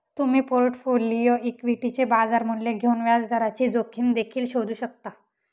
तुम्ही पोर्टफोलिओ इक्विटीचे बाजार मूल्य घेऊन व्याजदराची जोखीम देखील शोधू शकता